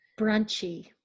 Brunchy